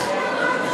בבקשה.